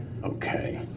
Okay